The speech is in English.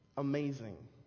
Amazing